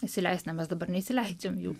įsileist na mes dabar neįsileidžiam jų